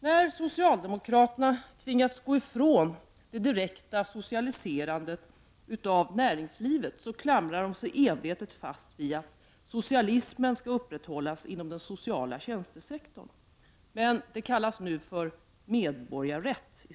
När socialdemokraterna tvingats gå ifrån det direkta socialiserandet av näringslivet klamrar de sig envetet fast vid att socialismen skall upprätthållas inom den sociala tjänstesektorn, men det kallas nu för medborgarrätt.